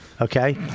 Okay